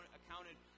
accounted